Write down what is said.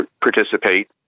participate